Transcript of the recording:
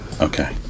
Okay